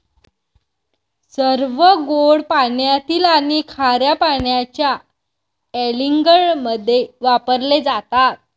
सर्व गोड पाण्यातील आणि खार्या पाण्याच्या अँलिंगमध्ये वापरले जातात